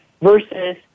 versus